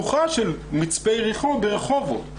גם שלוחה של מצפה יריחו ברחובות.